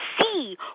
see